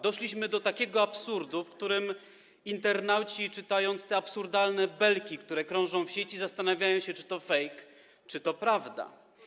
Doszliśmy do takiego absurdu, w którym internauci, czytając te absurdalne belki, które krążą w sieci, zastanawiają się, czy to fejk, czy to prawda.